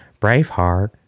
Braveheart